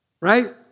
Right